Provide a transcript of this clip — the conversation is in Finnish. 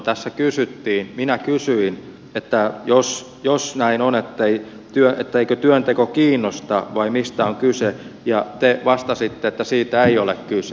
tässä kysyttiin minä kysyin että jos jos näin on että liittyä etteikö työnteko kiinnosta vai mistä on kyse ja te vastasitte että siitä ei ole kyse